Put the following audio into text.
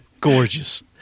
gorgeous